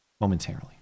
momentarily